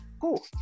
cool